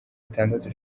itandatu